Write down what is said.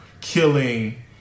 killing